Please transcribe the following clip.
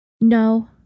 No